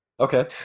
Okay